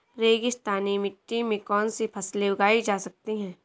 रेगिस्तानी मिट्टी में कौनसी फसलें उगाई जा सकती हैं?